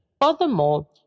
furthermore